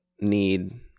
need